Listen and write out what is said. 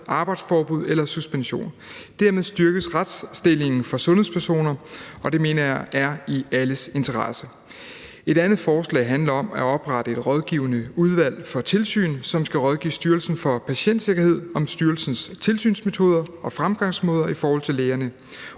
arbejdsforbud eller suspension. Dermed styrkes retsstillingen for sundhedspersoner, og det mener jeg er i alles interesse. Et andet forslag handler om at oprette et rådgivende udvalg for tilsyn, som skal rådgive Styrelsen for Patientsikkerhed om styrelsens tilsynsmetoder og fremgangsmåder i forhold til lægerne.